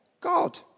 God